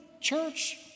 church